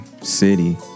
city